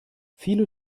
viele